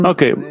Okay